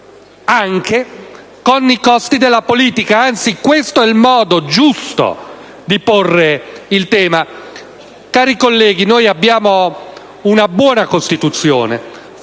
anche con i costi della politica. Questo è il modo giusto di porre la questione. Cari colleghi, noi abbiamo una buona Costituzione,